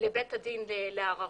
לבית הדין לערערים.